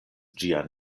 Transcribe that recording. ĝian